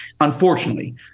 unfortunately